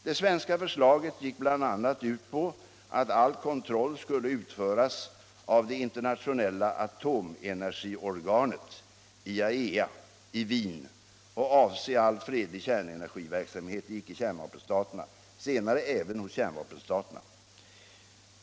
Det svenska förslaget gick bl.a. ut på att all kontroll skulle utföras av det internationella atomenergiorganet i Wien och avse all fredlig kärnenergiverksamhet i icke-kärnvapenstaterna, senare även hos kärnvapenstaterna.